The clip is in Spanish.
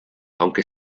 aunque